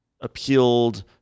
appealed